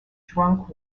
drunk